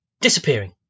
disappearing